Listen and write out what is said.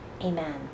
Amen